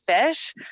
fish